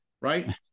right